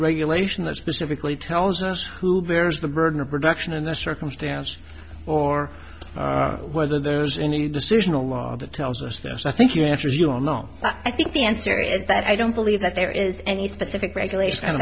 regulation that specifically tells us who bears the burden of production in this circumstance or whether there's any decisional law that tells us this i think you answered your no but i think the answer is that i don't believe that there is any specific regulation